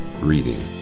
reading